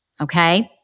okay